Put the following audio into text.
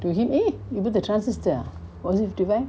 to him eh you booked the transist ah was it in dubai